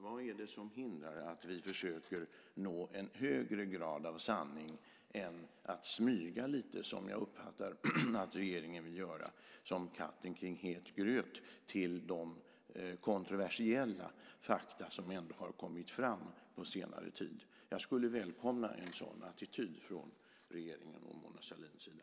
Vad är det som hindrar att vi försöker nå en högre grad av sanning än att smyga lite, som jag uppfattar att regeringen vill göra, som katten kring het gröt med de kontroversiella fakta som har kommit fram på senare tid? Jag skulle välkomna en sådan attityd från regeringens och Mona Sahlins sida.